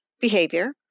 behavior